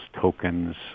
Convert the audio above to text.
tokens